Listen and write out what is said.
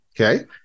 Okay